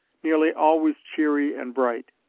nearly always cheery and bright.